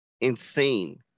insane